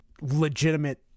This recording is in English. legitimate